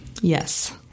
Yes